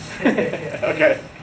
Okay